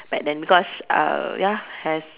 back then because uh ya has